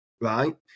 right